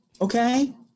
Okay